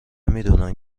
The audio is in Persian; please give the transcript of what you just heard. میدونن